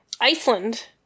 Iceland